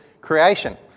creation